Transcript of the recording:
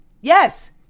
yes